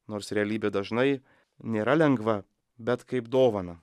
nors realybė dažnai nėra lengva bet kaip dovaną